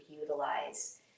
utilize